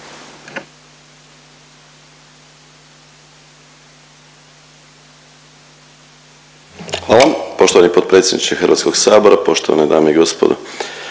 Hvala lijepo poštovani potpredsjedniče Hrvatskog sabora, poštovani državni tajniče